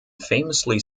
famously